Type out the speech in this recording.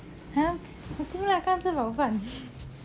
!huh! nothing lah 刚吃饱饭